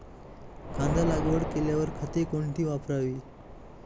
कांदा लागवड केल्यावर खते कोणती वापरावी?